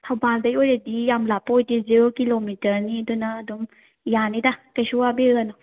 ꯊꯧꯕꯥꯜꯗꯩ ꯑꯣꯏꯔꯗꯤ ꯌꯥꯝ ꯂꯥꯞꯄ ꯑꯣꯏꯗꯦ ꯖꯦꯔꯣ ꯀꯤꯂꯣꯃꯤꯇꯔꯅꯤ ꯑꯗꯨꯅ ꯑꯗꯨꯝ ꯌꯥꯅꯤꯗ ꯀꯩꯁꯨ ꯋꯥꯕꯤꯔꯨꯒꯅꯨ